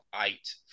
eight